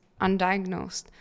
undiagnosed